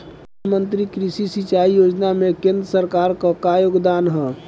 प्रधानमंत्री कृषि सिंचाई योजना में केंद्र सरकार क का योगदान ह?